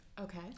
Okay